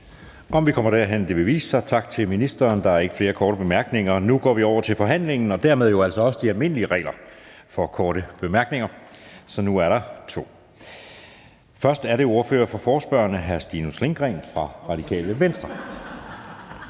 Om vi kommer derhen, vil vise sig. Tak til ministeren. Der er ikke flere korte bemærkninger. Nu går vi over til forhandlingen og dermed altså også til de almindelige regler for korte bemærkninger, så nu er der to af dem. Først er det ordføreren for forespørgerne, hr. Stinus Lindgreen fra Radikale Venstre.